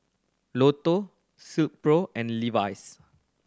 Lotto Silkpro and Levi's